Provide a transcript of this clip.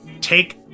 take